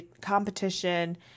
competition